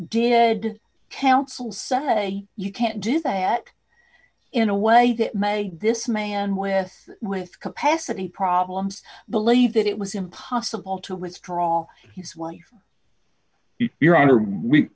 did counsel say you can't do that in a way that my this man with with capacity problems believe that it was impossible to withdraw his wife your honor we